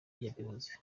yabivuze